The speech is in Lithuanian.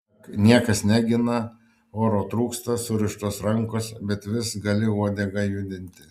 ak niekas negina oro trūksta surištos rankos bet vis gali uodegą judinti